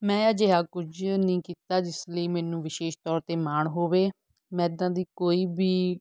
ਮੈਂ ਅਜਿਹਾ ਕੁਝ ਨਹੀਂ ਕੀਤਾ ਜਿਸ ਲਈ ਮੈਨੂੰ ਵਿਸ਼ੇਸ਼ ਤੌਰ 'ਤੇ ਮਾਣ ਹੋਵੇ ਮੈਂ ਇੱਦਾਂ ਦੀ ਕੋਈ ਵੀ